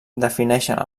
defineixen